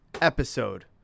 episode